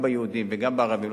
גם יהודים וגם ערבים,